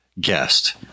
guest